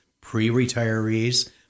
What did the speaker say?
pre-retirees